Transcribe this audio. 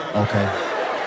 Okay